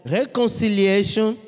reconciliation